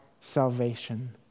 salvation